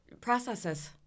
processes